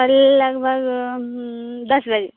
کل لگ بھگ دس بجے